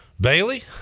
Bailey